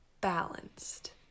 balanced